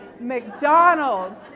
McDonald's